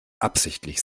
absichtlich